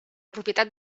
propietat